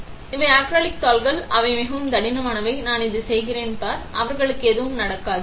எனவே இவை அக்ரிலிக் தாள்கள் அவை மிகவும் தடிமனானவை நான் இதைச் செய்கிறேன் பார் அவர்களுக்கு எதுவும் நடக்காது